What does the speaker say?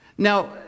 Now